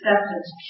acceptance